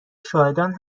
شاهدان